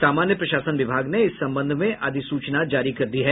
सामान्य प्रशासन विभाग ने इस संबंध में अधिसूचना जारी कर दी है